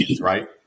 right